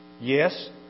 Yes